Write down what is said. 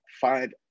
find